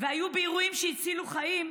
והיו באירועים שהצילו חיים,